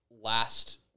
last